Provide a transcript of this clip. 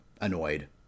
annoyed